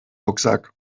rucksack